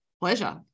Pleasure